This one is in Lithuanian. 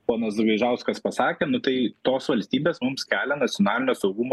ponas gaižauskas pasakė nu tai tos valstybės mums kelia nacionalinio saugumo